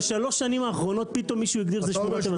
בשלוש השנים האחרונות פתאום מישהו הגדיר שזה שמורת טבע.